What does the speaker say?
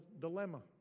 dilemma